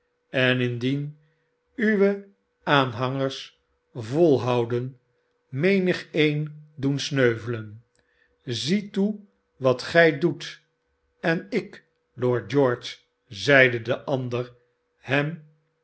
en indien uwe aanhangers volhouden menigeen doen sneuvelen zie toe wat gij doet en ik lord george zeide de ander hem